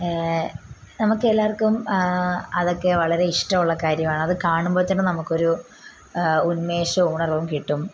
നമുക്കെല്ലാർക്കും അതൊക്കെ വളരെ ഇഷ്ടമുള്ള കാര്യമാണ് അത് കാണുമ്പോഴത്തേനും ഒരു ഉന്മേഷവും ഉണർവും കിട്ടും